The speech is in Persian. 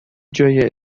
جای